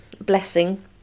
blessing